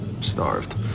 Starved